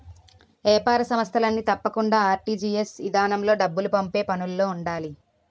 ఏపార సంస్థలన్నీ తప్పకుండా ఆర్.టి.జి.ఎస్ ఇదానంలో డబ్బులు పంపే పనులో ఉండాలి